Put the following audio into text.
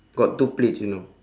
got two plates you know